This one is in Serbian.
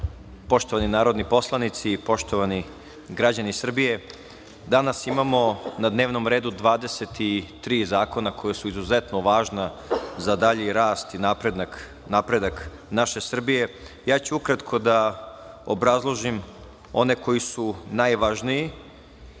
puno. Poštovani narodni poslanici, poštovani građani Srbije, danas imamo na dnevnom redu 23 zakona koja su izuzetno važna za dalji rast i napredak naše Srbije. Ja ću ukratko da obrazložim one koji su najvažniji. Prvi